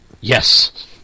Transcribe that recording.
Yes